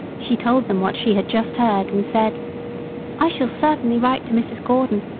she told them what she had just heard, and said i shall certainly write to mrs. gordon,